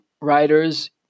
writers